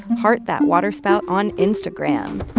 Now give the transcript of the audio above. heart that waterspout on instagram.